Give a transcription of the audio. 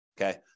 okay